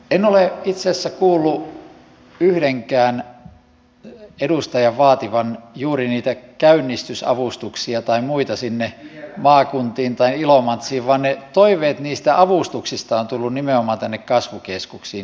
en ole itse asiassa kuullut yhdenkään edustajan vaativan juuri niitä käynnistysavustuksia tai muita sinne maakuntiin tai ilomantsiin vaan ne toiveet niistä avustuksista ovat tulleet nimenomaan tänne kasvukeskuksiin